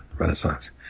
renaissance